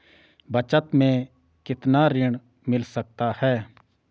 बचत मैं कितना ऋण मिल सकता है?